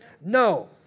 No